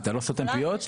אתה לא סותם כאן פיות?